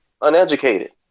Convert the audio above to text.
uneducated